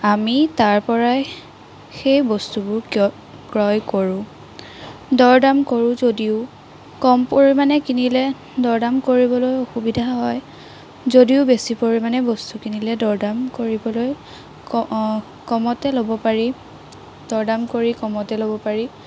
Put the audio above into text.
আমি তাৰপৰাই সেই বস্তুবোৰ ক্ৰয় কৰোঁ দৰদাম কৰোঁ যদিও কম পৰিমাণে কিনিলে দৰদাম কৰিবলৈ অসুবিধা হয় যদিও বেছি পৰিমাণে বস্তু কিনিলে দৰদাম কৰিবলৈ কমতে ল'ব পাৰি দৰদাম কৰি কমতে ল'ব পাৰি